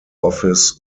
office